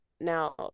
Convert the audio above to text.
now